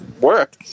work